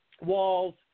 walls